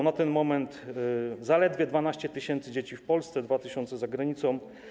Na ten moment zaledwie 12 tys. dzieci w Polsce, 2 tys. za granicą.